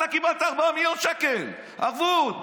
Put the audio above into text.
אתה קיבלת 4 מיליון שקל ערבות.